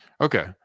Okay